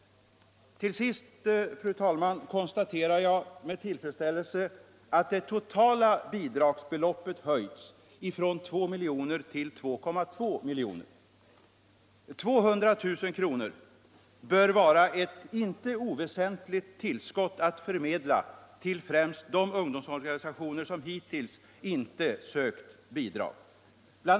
Till sist, fru talman, konstaterar jag med tillfredsställelse att det totala bidragsbeloppet höjs från 2 milj.kr. till 2,2 milj.kr. Dessa 200 000 kr. bör vara ett inte öväsentligt tillskott att förmedla till främst de ungdomsorganisationer som hittills inte sökt bidrag. BI.